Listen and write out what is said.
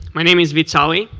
my name is vitaly.